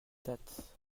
date